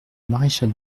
maréchal